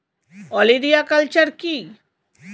ওলেরিয়া কালচার কি?